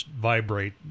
vibrate